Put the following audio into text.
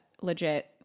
legit